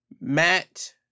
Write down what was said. Matt